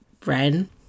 Bren